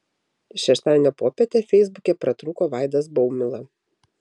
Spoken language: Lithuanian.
šeštadienio popietę feisbuke pratrūko vaidas baumila